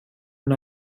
und